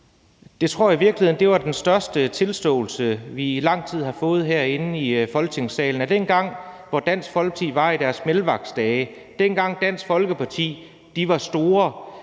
Det tror jeg i virkeligheden var den største tilståelse, vi i lang tid har fået herinde i Folketingssalen, nemlig at dengang Dansk Folkeparti var i deres velmagtsdage, dengang Dansk Folkeparti var store,